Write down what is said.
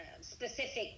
specific